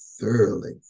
thoroughly